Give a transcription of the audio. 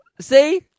See